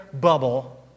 bubble